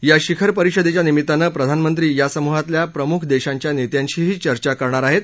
या शिखर परिषदेच्या निमित्तानं प्रधानमंत्री या समूहातल्या प्रमुख देशांच्या नेत्यांशीही चर्चा करणार हेत